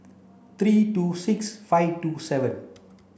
three two six five two seven